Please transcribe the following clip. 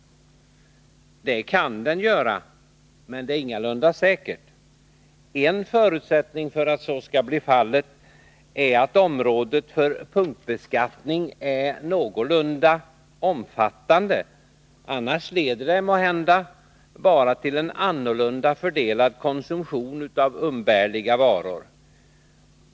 Det kan den göra, men det är ingalunda säkert. En förutsättning för att så skall bli fallet är att området för punktbeskattning är någorlunda omfattande. Annars leder en sådan skatt måhända bara till en annan fördelning av konsumtionen av umbärliga varor.